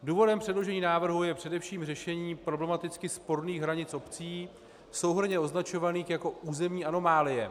Důvodem předložení návrhu je především řešení problematicky sporných hranic obcí souhrnně označovaných jako územní anomálie.